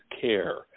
care